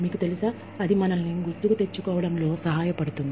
మీకు తెలుసా ఇది మనం ఏదో ఒక పని చేస్తున్నామని గుర్తు చేసుకోవడానికి సహాయపడుతుంది